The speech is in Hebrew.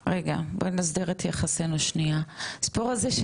הסיפור הזה של לידה או פגיעה בעבודה,